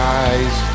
eyes